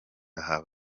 aha